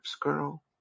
girl